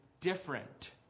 different